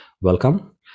welcome